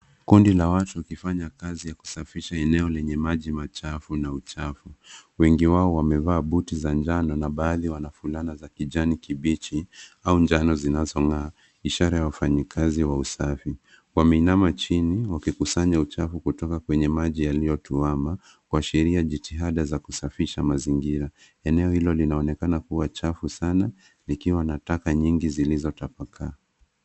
Kundi la watu ukifanya kazi ya kusafisha eneo lenye maji machafu na uchafu ,wengi wao wamevaa buti za njano na baadhi wana fulana za kijani kibichi au njano zinazong'aa ishara ya wafanyikazi wa usafi ,wameinama chini wakikusanya uchafu kutoka kwenye maji yaliyotuama kwa sheria jitihada za kusafisha mazingira, eneo hilo linaonekana kuwa chafu sana nikiwa nataka nyingi zilizo.